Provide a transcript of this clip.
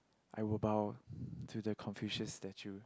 I will bow to the Confucius statue